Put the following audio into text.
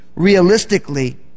Realistically